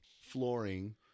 flooring